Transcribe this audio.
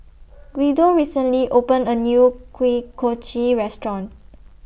Guido recently opened A New Kuih Kochi Restaurant